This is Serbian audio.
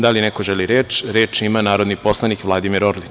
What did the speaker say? Da li neko želi reč? (Da.) Reč ima narodni poslanik Vladimir Orlić.